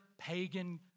pagan